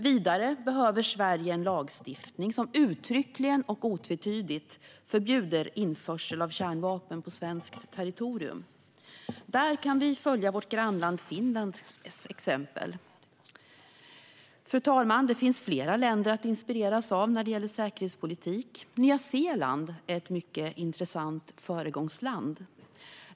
Vidare behöver Sverige en lagstiftning som uttryckligen och otvetydigt förbjuder införsel av kärnvapen till svenskt territorium. Där kan vi följa vårt grannland Finlands exempel. Fru talman! Det finns flera länder att inspireras av när det gäller säkerhetspolitik. Nya Zeeland är ett mycket intressant föregångsland.